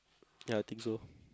ya I think so